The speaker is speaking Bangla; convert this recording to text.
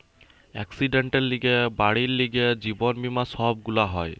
একসিডেন্টের লিগে, বাড়ির লিগে, জীবন বীমা সব গুলা হয়